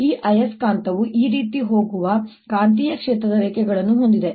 ಈ ಅಯಸ್ಕಾಂತವು ಈ ರೀತಿ ಹೋಗುವ ಕಾಂತೀಯ ಕ್ಷೇತ್ರದ ರೇಖೆಗಳನ್ನು ಹೊಂದಿದೆ